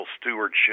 stewardship